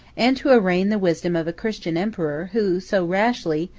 and to arraign the wisdom of a christian emperor, who, so rashly,